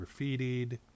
graffitied